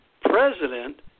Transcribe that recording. President